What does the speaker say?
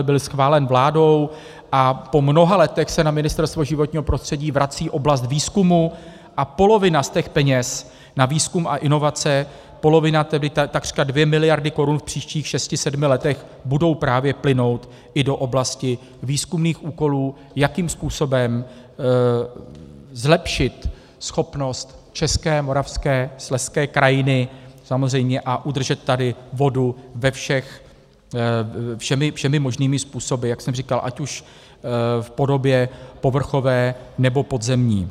Byl schválen vládou a po mnoha letech se na Ministerstvo životního prostředí vrací oblast výzkumu a polovina z těch peněz na výzkum a inovace, polovina, tedy takřka 2 miliardy korun v příštích šesti sedmi letech budou právě plynout i do oblasti výzkumných úkolů, jakým způsobem zlepšit schopnost české, moravské, slezské krajiny a samozřejmě tady udržet vodu všemi možnými způsoby, jak jsem říkal, ať už v podobě povrchové, nebo podzemní.